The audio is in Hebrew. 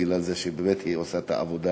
בגלל שהיא עושה באמת את העבודה